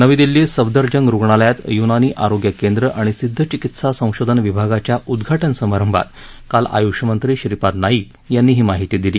नवी दिल्लीत सफदरजंग रुग्णालयात य्नानी रोग्य केंद्र णि सिद्ध चिकित्सा संशोधन विभागाच्या उदघाटन समारंभात काल य्ष मंत्री श्रीपाद नाईक यांनी ही माहिती दिली